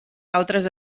altres